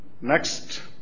Next